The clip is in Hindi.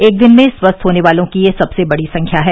एक दिन में स्वस्थ होने वालों की यह सबसे बड़ी संख्या है